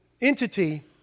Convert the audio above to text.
entity